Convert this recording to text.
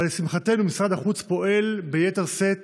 אבל לשמחתנו משרד החוץ פועל ביתר שאת